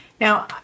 Now